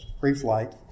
pre-flight